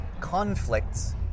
conflicts